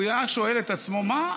הוא היה שואל את עצמו: מה,